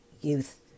youth